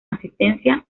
asistencia